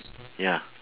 ya